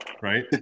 Right